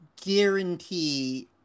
guarantee